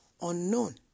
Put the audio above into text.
Unknown